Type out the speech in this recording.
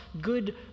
good